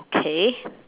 okay